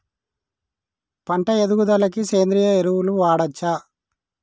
పంట ఎదుగుదలకి సేంద్రీయ ఎరువులు వాడచ్చా?